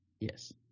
Yes